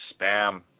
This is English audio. spam